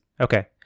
Okay